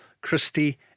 Christie